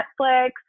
Netflix